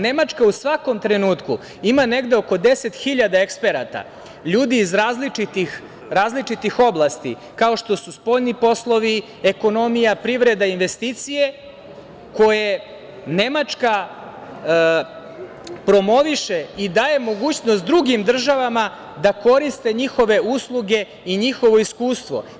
Nemačka u svakom trenutku ima negde oko 10 hiljada eksperata, ljudi iz različitih oblasti, kao što su spoljni poslovi, ekonomija, privreda i investicije koje Nemačka promoviše i daje mogućnost drugim državama da koriste njihove usluge i njihovo iskustvo.